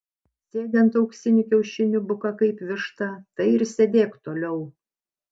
sėdi ant auksinių kiaušinių buka kaip višta tai ir sėdėk toliau